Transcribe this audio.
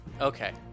Okay